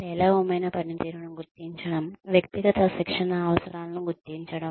పేలవమైన పనితీరును గుర్తించడం వ్యక్తిగత శిక్షణ అవసరాలను గుర్తించడం